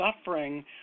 suffering